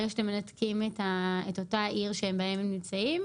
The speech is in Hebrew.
ברגע שאתם מנתקים את אותה עיר שבה הם נמצאים,